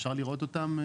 אפשר לראות אותן?